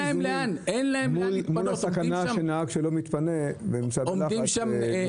איזונים מול הסכנה של נהג שלא מתפנה ונמצא בלחץ.